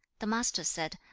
the master said,